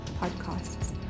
podcasts